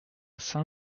saint